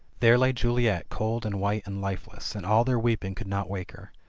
there lay juliet cold and white and lifeless, and all their weeping could not wake her.